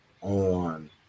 on